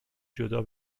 جدا